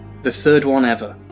the third one ever.